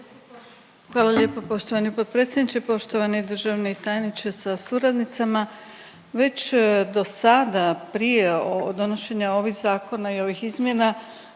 Hvala lijepo poštovani potpredsjedniče, poštovani državni tajniče sa suradnicama. Već do sada prije donošenja ovih zakona i ovih izmjena